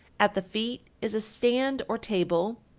at the feet is a stand or table,